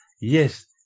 yes